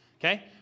okay